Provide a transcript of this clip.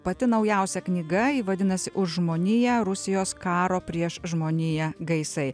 pati naujausia knyga ji vadinasi už žmoniją rusijos karo prieš žmoniją gaisai